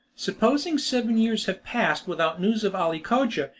supposing seven years have passed without news of ali cogia,